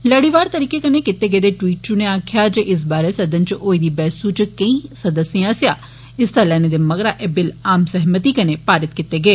लड़ीवार तरीके कन्ने कीते गेदे ट्वीट च उनें आक्खेया जे इस बारै सदन च होई दी बैहसू च केंई सदस्यें आस्सेआ हिस्सा लैने दे मगरा ए बिल आम सैहमति कन्नै पारित कीते गे